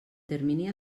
termini